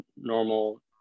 normal